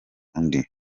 undi